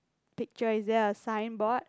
picture is there a signboard